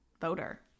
voter